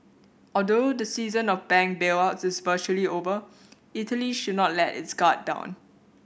although the season of bank bailouts is virtually over Italy should not let its guard down